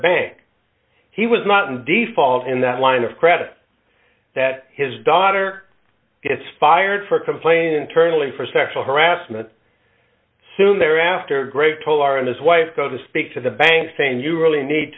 bank he was not in default in that line of credit that his daughter gets fired for complaining internally for sexual harassment soon thereafter great toll are and his wife go to speak to the bank saying you really need